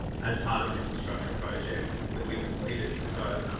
as part of an infrastructure project that we completed. so,